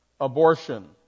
Abortion